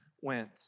went